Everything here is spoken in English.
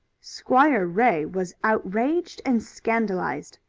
squire ray was outraged and scandalized.